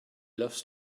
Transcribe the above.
loves